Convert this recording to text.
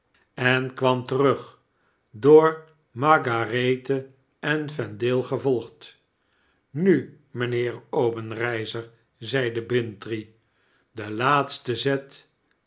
en kwam terug door margarethe en vendale gevolgd nu mynheer obenreizer zeide bintrey de laatste zet